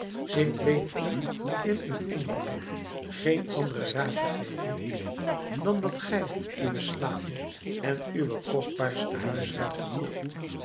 ik weet u in uw ongeluk geen anderen raad te geven dan dat gij uwe slaven en uw kostbaarste huisraad verkoopt